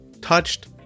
touched